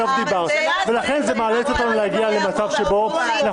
דיברת ------- לכן זה מאלץ אותנו להגיע למצב שבו אנחנו